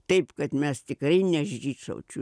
taip kad mes tikrai ne žydšaudžių